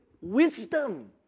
wisdom